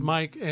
Mike